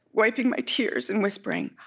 wiping my tears and whispering,